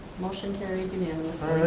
motion carried unanimously.